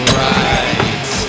right